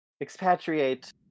Expatriate